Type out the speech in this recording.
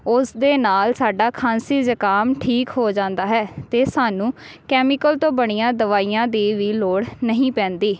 ਉਸ ਦੇ ਨਾਲ ਸਾਡਾ ਖਾਂਸੀ ਜ਼ੁਕਾਮ ਠੀਕ ਹੋ ਜਾਂਦਾ ਹੈ ਅਤੇ ਸਾਨੂੰ ਕੈਮੀਕਲ ਤੋਂ ਬਣੀਆ ਦਵਾਈਆਂ ਦੀ ਵੀ ਲੋੜ ਨਹੀਂ ਪੈਂਦੀ